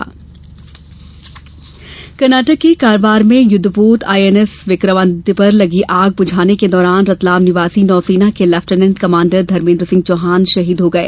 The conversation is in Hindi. विक्रमादित्य पोत आग कर्नाटक के कारवार में युद्धपोत आईएनएस विक्रमादित्य पर लगी आग बुझाने के दौरान रतलाम निवासी नौसेना के लेफ्टिनेंट कमांडर धर्मेद्रसिंह चौहान शहीद हो गए